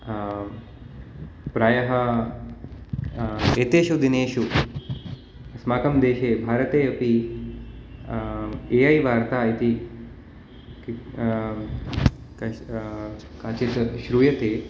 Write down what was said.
प्रायः एतेषु दिनेषु अस्माकं देशे भारते अपि ए ऐ वार्ता इति कि कश् काचित् श्रूयते